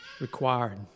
required